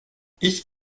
ich